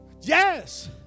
Yes